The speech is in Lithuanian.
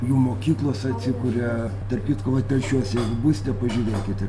jų mokyklos atsikuria tarp kitko va telšiuose jeigu būsite pažiūrėkite